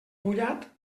mullat